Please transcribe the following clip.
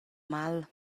mal